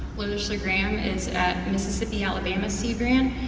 larissa graham is at mississippi alabama sea grant.